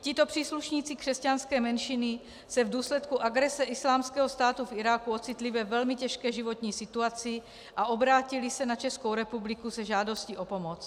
Tito příslušníci křesťanské menšiny se v důsledku agrese Islámského státu v Iráku ocitli ve velmi těžké životní situaci a obrátili se na Českou republiku se žádostí o pomoc.